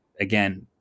again